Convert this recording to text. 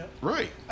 right